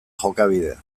jokabidea